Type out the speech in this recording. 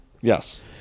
Yes